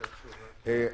אוקיי.